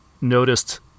noticed